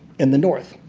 in the north.